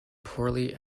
poorly